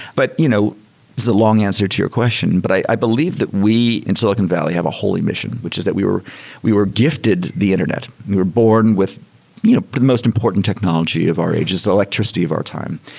but you know the long answer to your question, but i believe that we, in silicon valley, have a holy mission, which is that we were we were gifted the internet. we're born with you know the most important technology of our ages, electricity of our time.